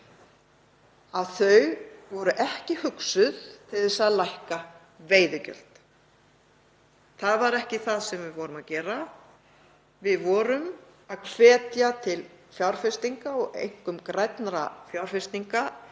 ekki verið hugsað til þess að lækka veiðigjöld. Það var ekki það sem við vorum að gera. Við vorum að hvetja til fjárfestinga og einkum grænna fjárfestinga